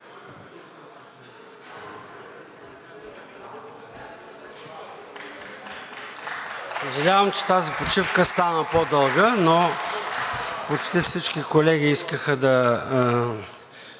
Съжалявам, че тази почивка стана по-дълга, но почти всички колеги искаха да